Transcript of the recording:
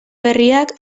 berriak